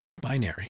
binary